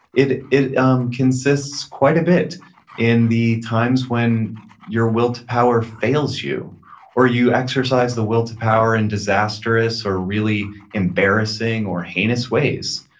it it um consists quite a bit in the times when your will to power fails you or you exercise the will to power in disastrous, or really embarrassing, or heinous ways.